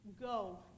go